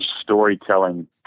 storytelling